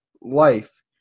life